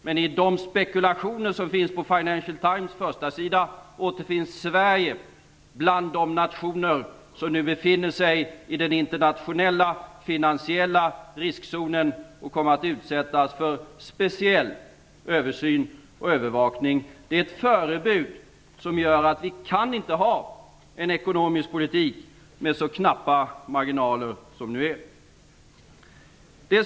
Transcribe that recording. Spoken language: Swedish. Men i de spekulationer som finns på Financial Times första sida återfinns Sverige bland de nationer som nu befinner sig i den internationella finansiella riskzonen och kommer att utsättas för speciell översyn och övervakning. Det är ett förebud som gör att vi inte kan ha en ekonomisk politik med så knappa marginaler som nu.